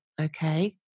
Okay